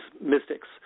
mystics